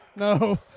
No